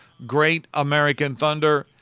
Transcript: greatamericanthunder